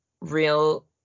real